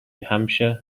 hampshire